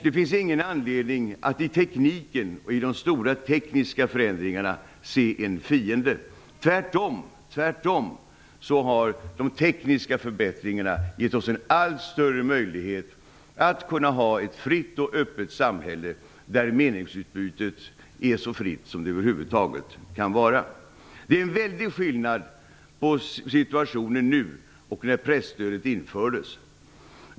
Det finns ingen anledning att i tekniken och i de stora tekniska förändringarna se en fiende. Tvärtom har de tekniska förbättringarna gett oss en allt större möjlighet att kunna ha ett fritt och öppet samhälle där meningsutbytet är så fritt som det över huvud taget kan vara. Det är en väldig skillnad på situationen nu och när presstödet infördes.